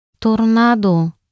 tornado